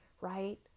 right